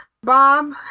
Bob